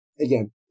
again